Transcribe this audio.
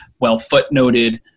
well-footnoted